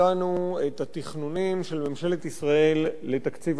את התכנונים של ממשלת ישראל לתקציב השנה הבאה,